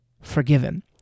forgiven